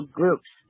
groups